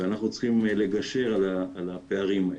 אנחנו צריכים לגשר על הפערים האלה,